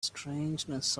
strangeness